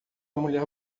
mulher